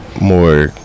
more